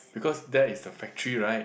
because that is the factory right